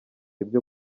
ibyo